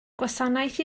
gwasanaeth